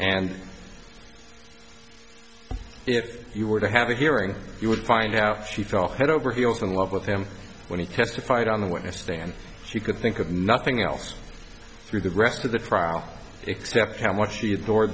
and if you were to have a hearing you would find out she fell head over heels in love with him when he testified on the witness stand she could think of nothing else through the rest of the trial except how much she